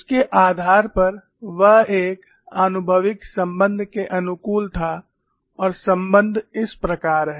उसके आधार पर वह एक आनुभविक संबंध के अनुकूल था और संबंध इस प्रकार है